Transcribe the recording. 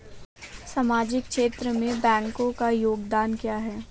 सामाजिक क्षेत्र में बैंकों का योगदान क्या है?